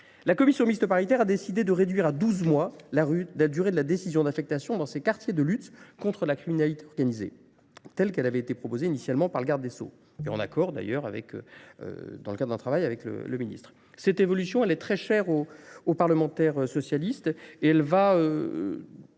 La Commission mystoparitaire a décidé de réduire à 12 mois la durée de la décision d'affectation dans ses quartiers de lutte contre la contre la criminalité organisée, telle qu'elle avait été proposée initialement par le garde des Sceaux, et en accord d'ailleurs dans le cadre d'un travail avec le ministre. Cette évolution est très chère aux parlementaires socialistes et elle va,